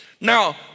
Now